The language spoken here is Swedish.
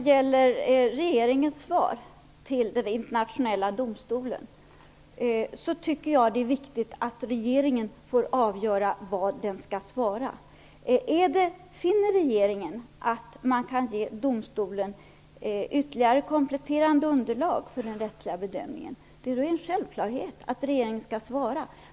Herr talman! Jag tycker det är viktigt att regeringen får avgöra vad den skall svara Internationella domstolen, Maj Britt Theorin. Finner regeringen att den kan ge domstolen ytterligare kompletterande underlag för den rättsliga bedömningen, är det en självklarhet att regeringen skall svara.